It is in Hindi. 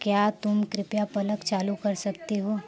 क्या तुम कृपया प्लक चालू कर सकते हो